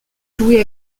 jouer